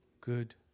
good